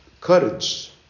Courage